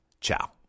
Ciao